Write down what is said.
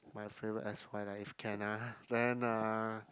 my favorite S_Y life can ah then uh